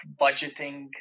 budgeting